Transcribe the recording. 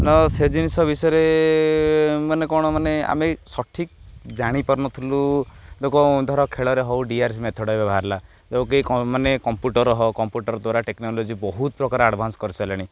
ତ ସେ ଜିନିଷ ବିଷୟରେ ମାନେ କ'ଣ ମାନେ ଆମେ ସଠିକ ଜାଣିପାରୁନଥିଲୁ ଲୋକ ଧର ଖେଳରେ ହଉ ଡି ଆର ସି ମେଥଡ଼ ଏବେ ବହାରିଲା ଯେଉଁ କେହି ମାନେ କମ୍ପ୍ୟୁଟର ହଉ କମ୍ପ୍ୟୁଟର ଦ୍ୱାରା ଟେକ୍ନୋଲୋଜି ବହୁତ ପ୍ରକାର ଆଡ଼ଭାନ୍ସ କରିସାରିଲାଣି